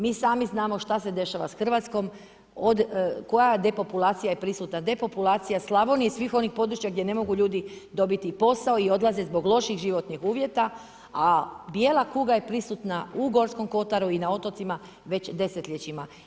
Mi sami znamo što se dešava s Hrvatskom, od, koja depopulacija je prisutna, depopulacija Slavonije i svih onih područja gdje ne mogu ljudi dobiti posao i odlaze zbog loših životnih uvjeta a bijela kuga je prisutna u Gorskom kotaru i na otocima već desetljećima.